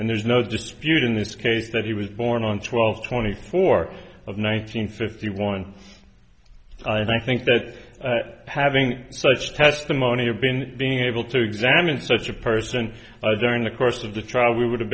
and there's no dispute in this case that he was born on twelve twenty four of nine hundred fifty one and i think that having such testimony or been being able to examine such a person during the course of the trial we would have